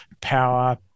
power